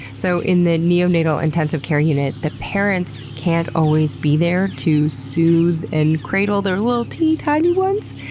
so in the neonatal intensive care unit, the parents can't always be there to soothe and cradle their little teeny tiny ones,